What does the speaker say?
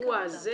האירוע הזה